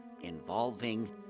involving